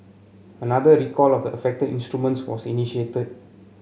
another recall of the affected instruments was initiated